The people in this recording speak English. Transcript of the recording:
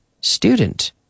student